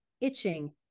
itching